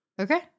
okay